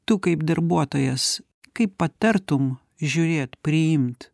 tu kaip darbuotojas kaip patartum žiūrėt priimt